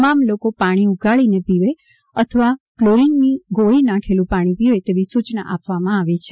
તમામ લોકો પાણી ઉકાળીને પીવે અથવા કલોરીન ગોળી નાંખેલુ પાણી પીવે તેવી સૂચના આપવામાં આવી છે